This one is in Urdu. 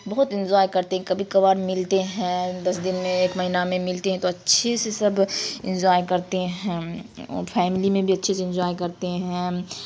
بہت انجوائے کرتے ہیں کبھی کبھار ملتے ہیں دس دن میں ایک مہینہ میں ملتے ہیں تو اچھے سے سب انجوائے کرتے ہیں فیملی میں بھی اچھے سے انجوائے کرتے ہیں